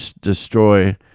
destroy